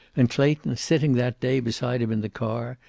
and clayton, sitting that day beside him in the car,